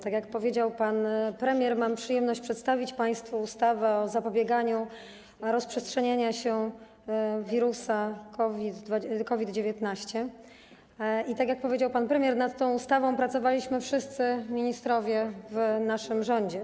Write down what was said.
Tak jak powiedział pan premier, mam przyjemność przedstawić państwu ustawę o zapobieganiu rozprzestrzenianiu się wirusa COVID-19, i tak jak powiedział pan premier, nad tą ustawą pracowali wszyscy ministrowie w naszym rządzie.